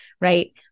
right